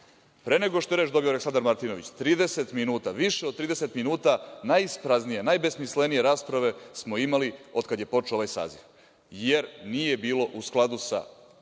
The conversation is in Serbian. nego što je reč dobio Aleksandar Martinović, više od 30 minuta najispraznije, najbesmislenije rasprave smo imali od kada je počeo ovaj saziv, jer nije bilo u skladu sa